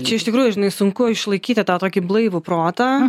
čia iš tikrųjų žinai sunku išlaikyti tą tokį blaivų protą